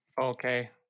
Okay